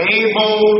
able